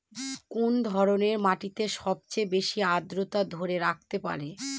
কোন ধরনের মাটি সবচেয়ে বেশি আর্দ্রতা ধরে রাখতে পারে?